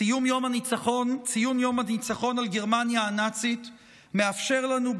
ציון יום הניצחון על גרמניה הנאצית מאפשר לנו,